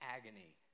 agony